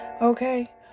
okay